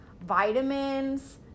vitamins